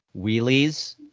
wheelies